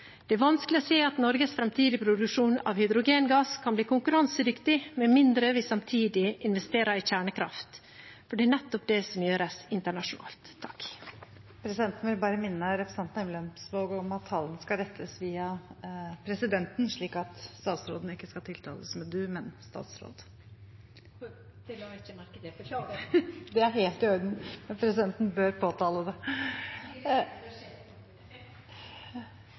Det er vanskelig å se at Norges framtidige produksjon av hydrogengass kan bli konkurransedyktig med mindre vi samtidig investerer i kjernekraft – for det er nettopp det som gjøres internasjonalt. Presidenten vil bare minne representanten Synnes Emblemsvåg om at talen skal rettes via presidenten, slik at statsråden ikke skal tiltales «du», men «statsråd». Det la jeg ikke merke til. Jeg beklager. Det er helt i orden, men presidenten bør påtale det.